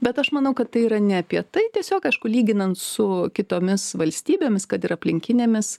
bet aš manau kad tai yra ne apie tai tiesiog aišku lyginant su kitomis valstybėmis kad ir aplinkinėmis